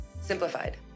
simplified